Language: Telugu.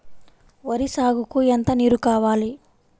వరి సాగుకు ఎంత నీరు కావాలి?